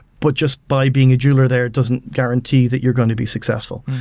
but just by being a jeweler there, it doesn't guarantee that you're going to be successful.